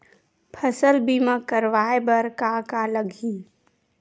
फसल बीमा करवाय बर का का लगही?